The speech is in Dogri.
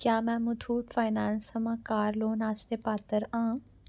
क्या में मुथूट फाइनैंस थमां कार लोन आस्तै पात्तर आं